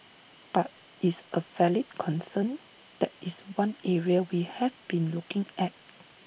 but is A valid concern that is one area we have been looking at